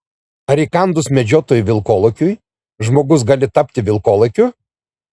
ar įkandus medžiotojui vilkolakiui žmogus gali tapti vilkolakiu